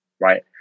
right